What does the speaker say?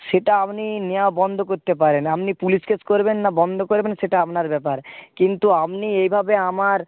সেটা আপনি নেওয়া বন্ধ করতে পারেন আপনি পুলিশ কেস করবেন না বন্ধ করবেন সেটা আপনার ব্যাপার কিন্তু আপনি এইভাবে আমার